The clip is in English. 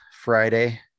Friday